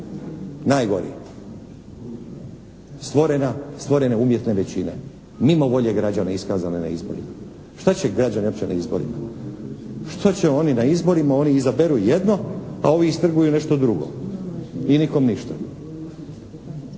stvorena, stvorene umjetne većine mimo volje građana iskazane na izborima. Šta će građani uopće na izborima? Šta će oni na izborima? Oni izaberu jedno a ovi istrguju nešto drugo i nikom ništa.